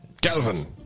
Galvin